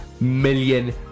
million